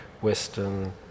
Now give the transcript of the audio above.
Western